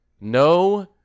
No